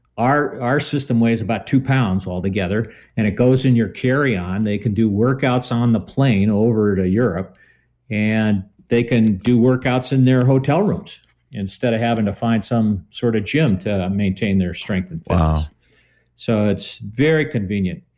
our our system weighs about two pounds all together and it goes in your carry-on. they can do workouts on the plane over to europe and they can do workouts in their hotel rooms instead of having to find some sort of gym to maintain their strength and fitness wow so it's very convenient.